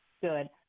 good